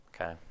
okay